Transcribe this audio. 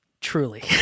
truly